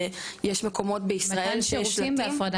יש מקומות בישראל שיש שלטים.